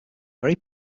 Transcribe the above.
very